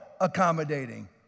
accommodating